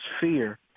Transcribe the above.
fear